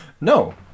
No